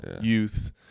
youth